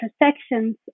intersections